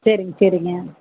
சரிங்க சரிங்க